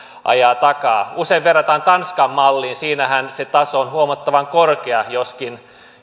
ajaa takaa usein verrataan tanskan malliin siinähän se taso on huomattavan korkea joskin